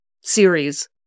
series